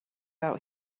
out